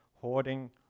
hoarding